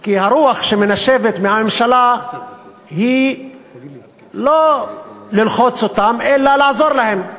כי הרוח שמנשבת מהממשלה היא לא ללחוץ אותם אלא לעזור להם.